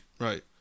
Right